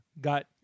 got